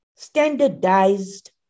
standardized